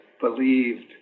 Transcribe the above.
believed